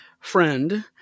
friend